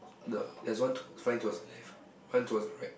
the there is one to one towards the left one towards the right